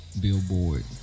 Billboard